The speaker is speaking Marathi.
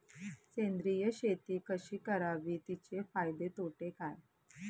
सेंद्रिय शेती कशी करावी? तिचे फायदे तोटे काय?